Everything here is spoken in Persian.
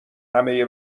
همهی